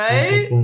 Right